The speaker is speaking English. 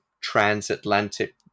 transatlantic